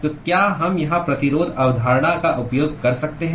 तो क्या हम यहां प्रतिरोध अवधारणा का उपयोग कर सकते हैं